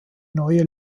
neue